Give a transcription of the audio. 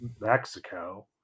Mexico